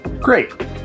great